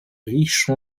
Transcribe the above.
riche